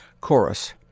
Chorus